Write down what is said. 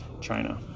China